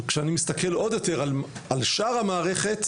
וכשאני מסתכל עוד יותר על שאר המערכת,